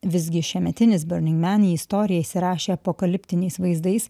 visgi šiemetinis burning man į istoriją įsirašė apokaliptiniais vaizdais